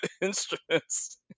instruments